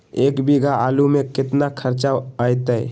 एक बीघा आलू में केतना खर्चा अतै?